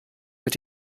mit